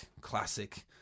classic